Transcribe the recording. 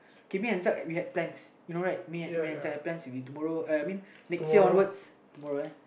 Kipin and Site we have plans you know right me and Site should be tomorrow uh I mean next year onward tomorrow eh